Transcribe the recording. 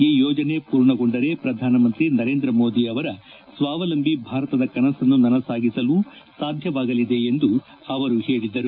ಈ ಯೋಜನೆ ಪೂರ್ಣಗೊಂಡರೆ ಪ್ರಧಾನಮಂತ್ರಿ ನರೇಂದ್ರ ಮೋದಿ ಅವರ ಸ್ವಾವಲಂಬಿ ಭಾರತದ ಕನಸನ್ನು ನನಸಾಗಿಸಲು ಸಾಧ್ಯವಾಗಲಿದೆ ಎಂದು ಅವರು ಹೇಳಿದರು